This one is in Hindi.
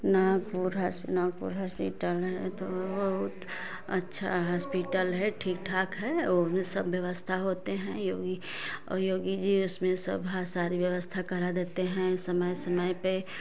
मैनपुर हरसिनापुर हॉस्पिटल मे हूँ तो बहुत अच्छा हस्पिटल है ठीक ठाक है और भी सब व्यवस्था होते है योगी योगी जी उसमें सभा सारी व्यवस्था करा देते हैं समय समय पर